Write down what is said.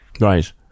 Right